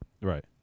Right